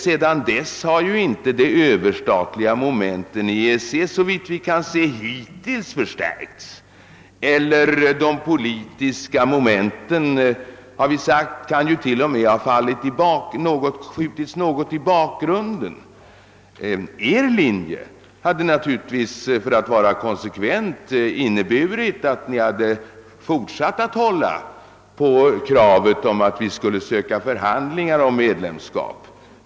Sedan dess har inte, såvitt vi kunnat se, de överstatliga momenten i EEC förstärkts; de politiska momenten kan till och med, något som vi framhållit, ha skjutits något i bakgrunden. Er linje hade naturligtvis inneburit att ni, om ni varit konsekventa, fortsatt att hålla på kravet att vi skall ansöka om förhandlingar om medlemskap.